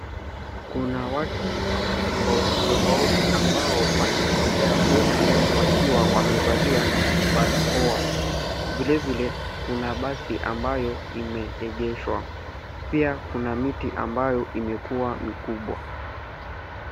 Kuna watu tofauti, tofauti ambao wanatembea huku wakiwa wamevalia barakoa. Vilevile kuna basi ambayo imeegeshwa, pia kuna miti ambayo imekua mikubwa.